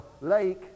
lake